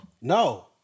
No